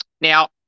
Now